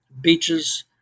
beaches